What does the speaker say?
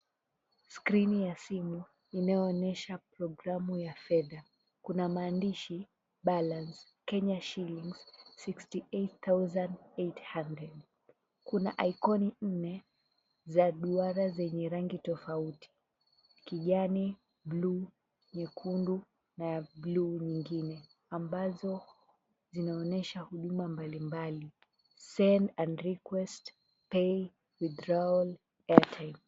Skrini ya simu inayoonyesha programu ya fedha. Kuna maandishi, "Balance, Kenyan shillings 68,800" . Kuna ikoni nne za duara zenye rangi tofauti: kijani, buluu, nyekundu, na ya buluu nyingine, ambazo zinaonyesha huduma mbalimbali, "sent and request, pay, withdrawal, airtime" .